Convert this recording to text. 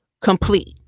complete